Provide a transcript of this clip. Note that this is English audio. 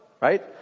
Right